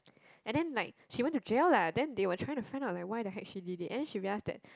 and then like she went to jail lah then they were trying to find out like why the heck she did it and then she realised that